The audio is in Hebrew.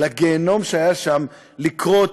לגיהינום שהיה שם לקרות,